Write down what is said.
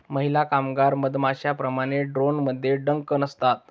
महिला कामगार मधमाश्यांप्रमाणे, ड्रोनमध्ये डंक नसतात